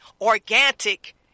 organic